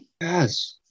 Yes